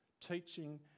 Teaching